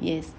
yes